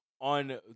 on